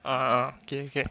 ah okay okay